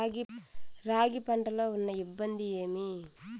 రాగి పంటలో ఉన్న ఇబ్బంది ఏమి?